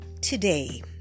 today